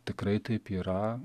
tikrai taip yra